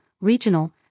regional